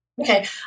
Okay